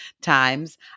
times